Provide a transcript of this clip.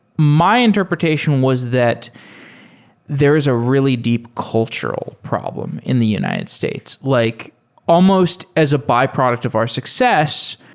my interpretation was that there is a really deep cultural problem in the united states. like almost as a byproduct of our success,